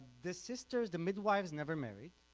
the sisters, the midwives never married